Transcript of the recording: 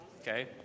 Okay